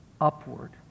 upward